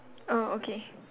oh okay